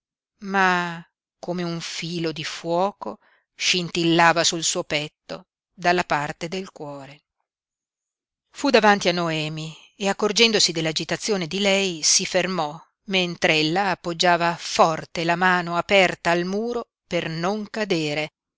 ma come un filo di fuoco scintillava sul suo petto dalla parte del cuore fu davanti a noemi e accorgendosi dell'agitazione di lei si fermò mentr'ella appoggiava forte la mano aperta al muro per non cadere